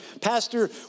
Pastor